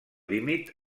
límit